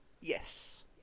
Yes